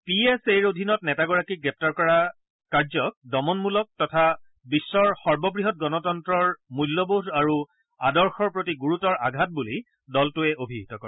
P S এৰ অধীনত নেতাগৰাকীক গ্ৰেপ্তাৰ কৰাটোক দমনমূলক কাৰ্য তথা বিশ্বৰ সৰ্ববৃহৎ গণতন্তৰ মূল্যবোধ আৰু আদৰ্শৰ প্ৰতি গুৰুতৰ আঘাত বুলি দলটোৱে অভিহিত কৰে